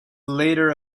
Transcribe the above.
later